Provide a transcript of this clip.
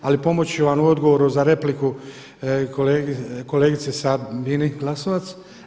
Ali pomoći ću vam u odgovoru na repliku kolegici Sabini Glasovac.